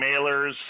mailers